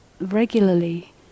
regularly